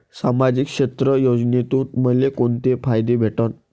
सामाजिक क्षेत्र योजनेतून मले कोंते फायदे भेटन?